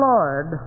Lord